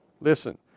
Listen